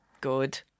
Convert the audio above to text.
good